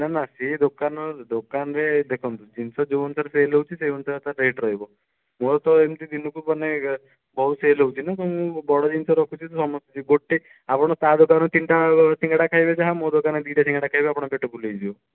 ନା ନା ସିଏ ଦୋକାନ ଦୋକାନରେ ଦେଖନ୍ତୁ ଜିନିଷ ଯେଉଁ ଅନୁସାରେ ସେଲ୍ ହେଉଛି ସେଇ ଅନୁସାରେ ତା ରେଟ୍ ରହିବ ମୋର ତ ଏମିତି ଦିନକୁ ମାନେ ବହୁତ ସେଲ୍ ହେଉଛି ନା ତେଣୁ ମୁଁ ବଡ଼ ଜିନିଷ ରଖୁଛି ତ ସମସ୍ତେ ଗୋଟେ ଆପଣ ତା ଦୋକାନରେ ତିନିଟା ସିଙ୍ଗଡ଼ା ଖାଇବେ ଯାହା ମୋ ଦୋକାନରେ ଦୁଇଟା ସିଙ୍ଗଡ଼ା ଖାଇବେ ଆପଣଙ୍କ ପେଟ ଫୁଲ୍ ହେଇଯିବ